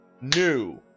new